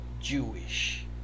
Jewish